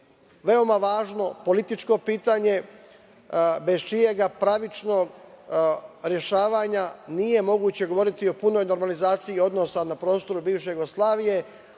veoma važno političko pitanje bez čijeg pravičnog rešavanja nije moguće govoriti o punoj normalizaciji odnosa na prostoru bivše Jugoslavije,